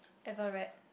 ever read